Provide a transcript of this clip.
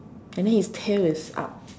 I mean his tail is out